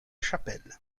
chapelle